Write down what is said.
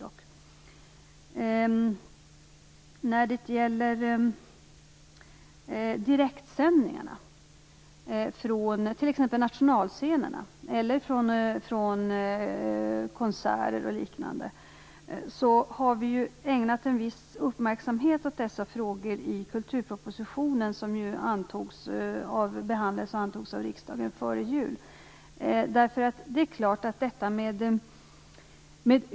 Vi har i kulturpropositionen ägnat en viss uppmärksamhet åt frågan om direktsändningar från t.ex. nationalscenerna eller från konserter. Kulturpropositionen behandlades och antogs av riksdagen före jul.